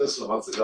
טסלה מציגה